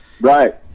Right